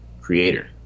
creator